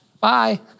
Bye